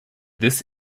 this